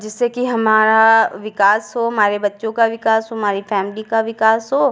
जिससे कि हमारा विकास हो हमारे बच्चों का विकास हो हमारी फ़ैमिली का विकास हो